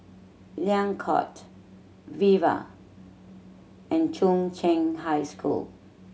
Liang Court Viva and Chung Cheng High School